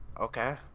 Okay